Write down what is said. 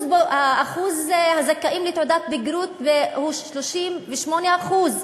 אחוז הזכאים לתעודת בגרות הוא 38%,